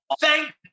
thank